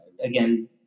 again